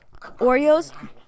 Oreos